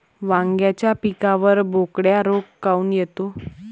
वांग्याच्या पिकावर बोकड्या रोग काऊन येतो?